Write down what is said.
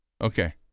okay